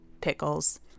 Pickles